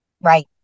right